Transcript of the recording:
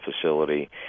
facility